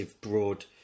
broad